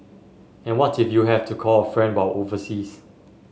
and what if you have to call a friend while overseas